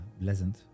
pleasant